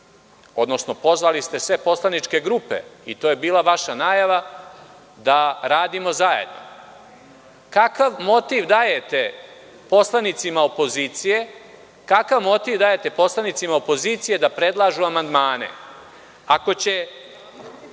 odnosno pozvali sve poslaničke grupe i to je bila vaša najava, da radimo zajedno. Kakav motiv dajete poslanicima opozicije da predlažu amandmane, ako će